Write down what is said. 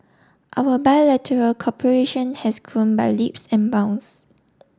our bilateral cooperation has grown by leaps and bounds